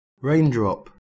raindrop